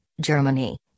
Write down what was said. Germany